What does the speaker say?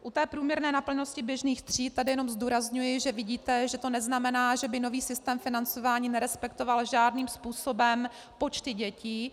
U průměrné naplněnosti běžných tříd jenom zdůrazňuji, že vidíte, že to neznamená, že by nový systém financování nerespektoval žádným způsobem počty dětí.